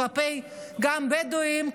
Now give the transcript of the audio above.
גם כלפי בדואים וערבים,